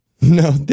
No